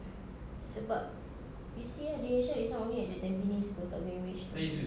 sebab you see ah D_H_L is not only at the tampines apa dekat greenwich itu